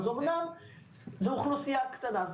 אז אמנם זו אוכלוסייה קטנה,